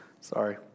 Sorry